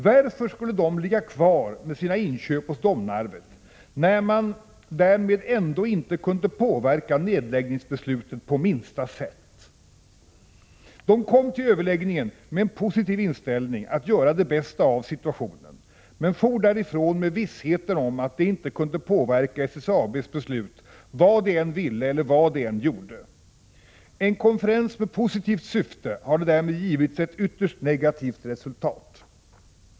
Varför skulle de ligga kvar med sina inköp hos Domnarvet, när de därmed ändå inte kunde påverka nedläggningsbeslutet på minsta sätt? De kom till överläggningen med en positiv inställning att göra det bästa av situationen men for därifrån med vissheten om att de inte kunde påverka SSAB:s beslut vad de än ville eller vad de än gjorde. En konferens med positivt syfte hade därmed gett ytterst negativt resultat.